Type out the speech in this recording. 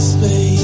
Space